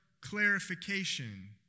clarification